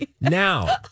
Now